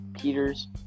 Peters